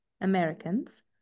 Americans